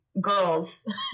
girls